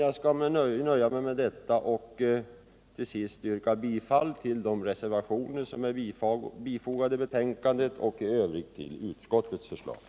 Jag nöjer mig med detta och yrkar bifall till de reservationer som är fogade vid betänkandet och i övrigt till utskottets hemställan.